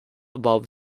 above